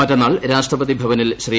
മറ്റെന്നാൾ രാഷ്ട്രപതി ഭവനിൽ ശ്രീ